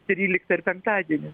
trylikta ir penktadienis